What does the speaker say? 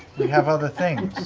we have other things!